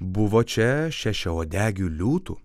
buvo čia šešiauodegių liūtų